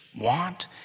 want